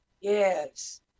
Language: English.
Yes